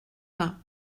pas